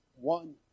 one